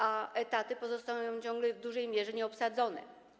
A etaty pozostają ciągle w dużej mierze nieobsadzone.